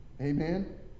Amen